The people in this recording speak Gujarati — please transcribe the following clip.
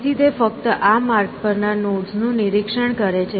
તેથી તે ફક્ત આ માર્ગ પરના નોડ્સનું નિરીક્ષણ કરે છે